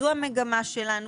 זו המגמה שלנו.